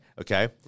okay